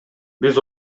биз